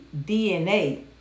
DNA